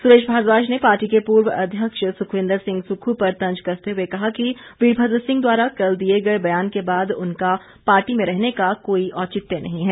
सुरेश भारद्वाज ने पार्टी के पूर्व अध्यक्ष सुखविंद्र सिंह सुक्खू पर तंज कसते हुए कहा कि वीरभद्र सिंह द्वारा कल दिए गए ब्यान के बाद उनका पार्टी में रहने का कोई औचित्य नहीं है